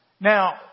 Now